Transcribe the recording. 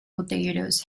potatoes